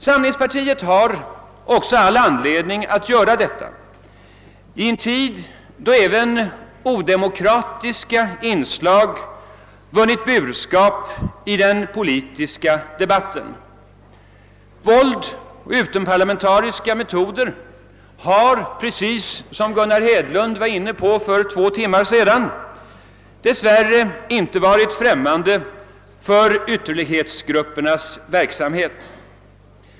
Samlingspartiet har all anledning att göra detta i en tid då odemokratiska inslag vunnit burskap i den politiska debatten. Som Gunnar Hedlund nämnde för två tim mar sedan har våld och utomparlamentariska metoder dess värre inte varit främmande för ytterlighetsgruppernas verksamhet.